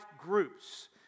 groups